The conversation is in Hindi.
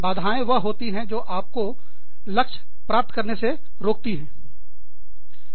बाधाएं वह होती हैं जो आपको आपके लक्ष्य को प्राप्त करने से रोकती हैं